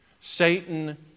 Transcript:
Satan